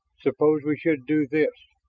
suppose we should do this